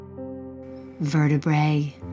Vertebrae